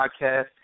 podcast